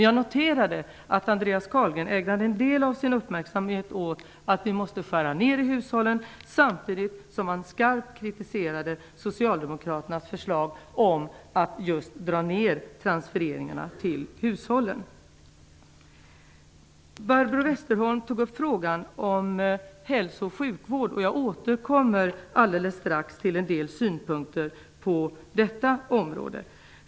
Jag noterade att Andreas Carlgren ägnade en del av sin uppmärksamhet åt att vi måste skära ned i hushållen, samtidigt som han skarpt kritiserade Socialdemokraternas förslag om att just dra ned på transfereringarna till hushållen. Barbro Westerholm tog upp frågan om hälso och sjukvården. Jag återkommer alldeles strax till en del synpunkter på detta område.